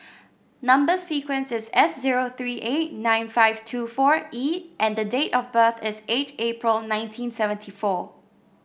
number sequence is S zero three eight nine five two four E and date of birth is eight April nineteen seventy four